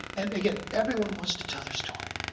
and again, everyone wants to tell their story.